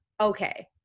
okay